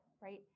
right